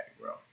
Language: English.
bro